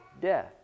death